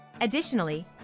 Additionally